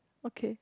okay